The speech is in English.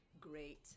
great